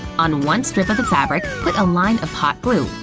on one strip of the fabric, put a line of hot glue.